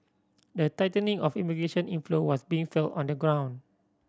the tightening of immigration inflow was being felt on the ground